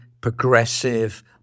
progressive